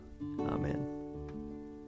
Amen